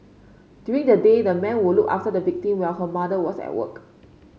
during the day the man would look after the victim while her mother was at work